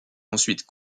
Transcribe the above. ensuite